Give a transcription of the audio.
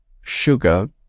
sugar